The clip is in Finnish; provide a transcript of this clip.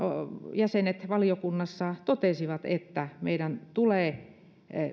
jäsenet valiokunnassa totesi että meidän tulee